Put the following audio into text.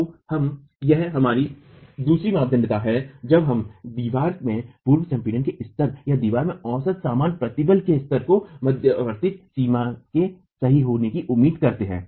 तो यह हमारी दूसरी मप्दंद्ता है जहां हम दीवार में पूर्व संपीड़न के स्तर या दीवार में औसत सामान्य प्रतिबल के स्तर को मध्यवर्ती सीमा के सही होने की उम्मीद करते हैं